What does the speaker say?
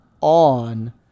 on